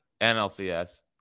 NLCS